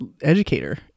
educator